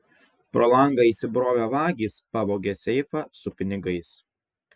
pro langą įsibrovę vagys pavogė seifą su pinigais